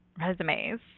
resumes